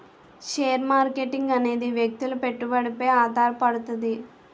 share marketing అనేది వ్యక్తుల పెట్టుబడిపై ఆధారపడుతది